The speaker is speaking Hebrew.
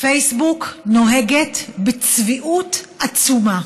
פייסבוק נוהגת בצביעות עצומה.